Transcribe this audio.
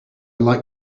like